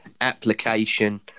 application